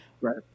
right